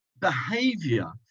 behavior